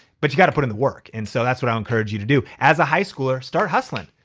but you gotta put in the work and so that's what i'd encourage you to do. as a high schooler, start hustling.